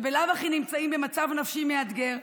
שבלאו הכי נמצאים במצב נפשי מאתגר,